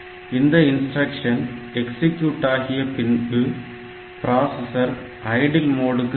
இந்த இன்ஸ்டிரக்ஷன் எக்ஸிக்யூட்டாகிய பின்பு பிராசஸர் ஐடில் மோடுக்கு செல்லும்